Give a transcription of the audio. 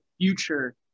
future